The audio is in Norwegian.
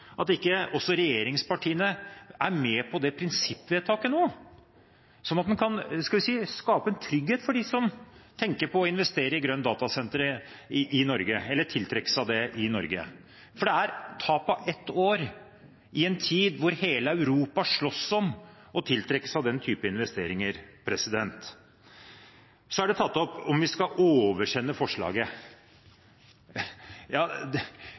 at ikke regjeringspartiene er med på det prinsippvedtaket nå, sånn at en kan, hva skal en si, skape trygghet for dem som tenker på å investere i grønne datasentre i Norge, eller dem som vil tiltrekke seg det i Norge. For her taper en ett år i en tid hvor hele Europa slåss om å tiltrekke seg den typen investeringer. Så har det blitt tatt opp hvorvidt vi skal oversende forslaget